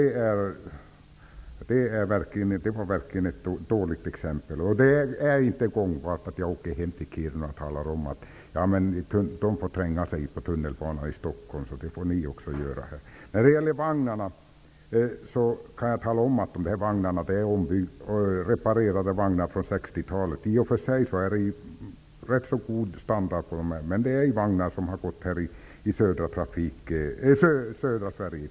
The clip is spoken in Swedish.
Det var verkligen ett dåligt exempel. Det är inte gångbart att jag åker hem till Kiruna och talar om att eftersom man får trängas i tunnelbanan i Stockholm får vi också göra det. När det gäller vagnarna kan jag tala om att det är vagnar från 60-talet som är reparerade. Det är i och för sig ganska god standard på dem, men det är vagnar som har gått i trafik i södra Sverige.